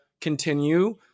continue